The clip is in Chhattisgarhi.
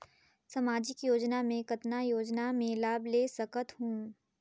समाजिक योजना मे कतना योजना मे लाभ ले सकत हूं?